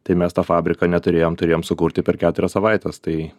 tai mes tą fabriką neturėjom turėjom sukurti per keturias savaites tai